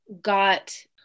got